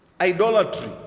Idolatry